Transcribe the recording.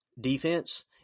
defense